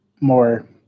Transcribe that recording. more